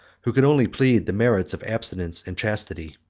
who could only plead the merits of abstinence and chastity.